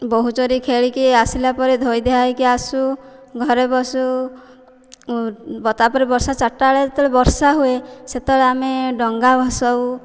ବୋହୁଚୋରୀ ଖେଳିକି ଆସିଲା ପରେ ଧୋଇ ଧାଇ ହେଇକି ଆସୁ ଘରେ ବସୁ ତା'ପରେ ବର୍ଷା ଚାରିଟା ବେଳେ ଯେତେବେଳେ ବର୍ଷା ହୁଏ ସେତେବେଳେ ଆମେ ଡଙ୍ଗା ଭସାଉ